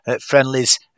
friendlies